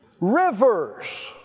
Rivers